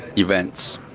events.